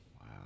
wow